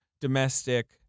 domestic